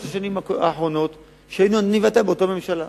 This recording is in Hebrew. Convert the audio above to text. השנים האחרונות שאתה ואני היינו באותה ממשלה.